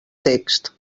text